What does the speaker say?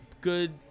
good